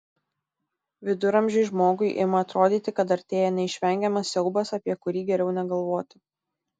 viduramžiui žmogui ima atrodyti kad artėja neišvengiamas siaubas apie kurį geriau negalvoti